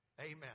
Amen